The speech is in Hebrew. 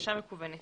הגשה מקוונת